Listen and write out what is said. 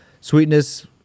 sweetness